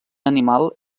animal